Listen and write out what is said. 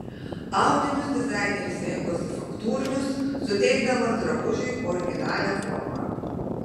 audinius dizaineris rinkosi faktūrinius suteikdamas drabužiui originalią formą